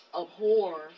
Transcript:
abhor